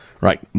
Right